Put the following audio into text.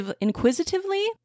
inquisitively